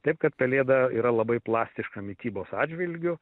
taip kad pelėda yra labai plastiška mitybos atžvilgiu